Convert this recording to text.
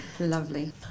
lovely